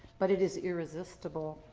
but it is irresistible.